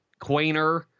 Quainer